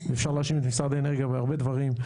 אפשר להאשים את משרד האנרגיה בהרבה דברים,